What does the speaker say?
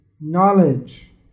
knowledge